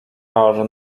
are